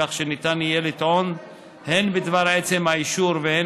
כך שניתן יהיה לטעון הן בדבר עצם האישור והן